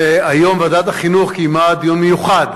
והיום ועדת החינוך קיימה דיון מיוחד,